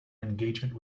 engagement